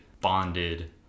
bonded